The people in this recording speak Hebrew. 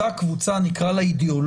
אותה קבוצה, נקרא לה אידיאולוגית,